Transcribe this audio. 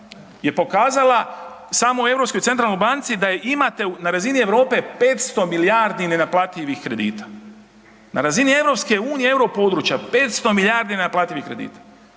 je pokazala samo u Europskoj centralnoj banci da imate na razini Europe 500 milijardi nenaplativih kredita, na razini EU euro područja 500 milijardi nenaplativih kredita.